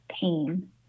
pain